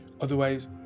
Otherwise